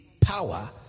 power